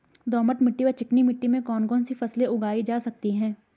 दोमट मिट्टी और चिकनी मिट्टी में कौन कौन सी फसलें उगाई जा सकती हैं?